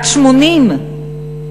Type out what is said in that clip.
בת 80 נרצחה,